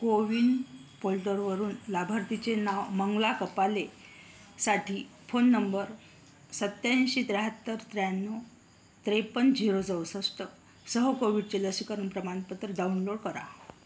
कोविन पोलटरवरून लाभार्थीचे नाव मंगला कपालेसाठी फोन नंबर सत्त्याऐंशी त्र्याहत्तर त्र्याण्णव त्रेपन्न झिरो चौसष्ट सह कोविडचे लसीकरण प्रमाणपत्र डाउनलोड करा